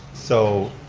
so